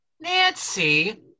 Nancy